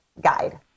guide